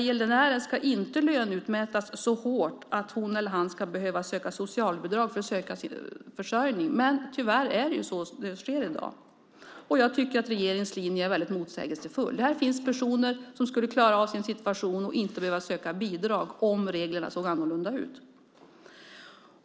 Gäldenären ska inte löneutmätas så hårt att hon eller han ska behöva söka socialbidrag för sin försörjning. Men tyvärr sker det i dag, och jag tycker att regeringens linje är mycket motsägelsefull. Här finns personer som skulle klara av sin situation och inte behöva söka bidrag om reglerna såg annorlunda ut.